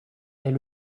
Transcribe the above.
est